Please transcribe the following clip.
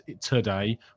today